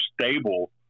stable